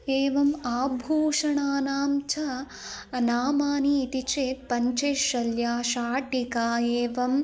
एवम् आभूषणानां च नामानि इति चेत् पञ्चेशल्या शाटिका एवम्